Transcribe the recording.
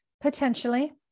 Potentially